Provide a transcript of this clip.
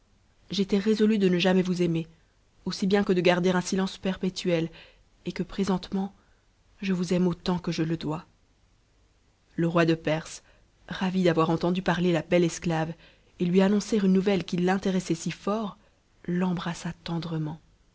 j'étais résolue de ne jamais vous aimer aussi bien que de garder un silence perpétue et que présentement je vous aime amant que je le dois le roi de perse ravi d'avoir entendu parler la belle esclave et lui an noncer une nouvelle qui l'intéressait si tort l'embrassa tendrement